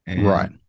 Right